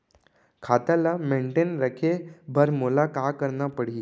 खाता ल मेनटेन रखे बर मोला का करना पड़ही?